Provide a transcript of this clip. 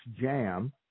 Jam